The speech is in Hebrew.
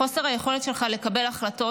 חוסר היכולת שלך לקבל החלטות,